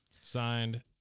Signed